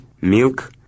milk